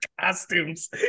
costumes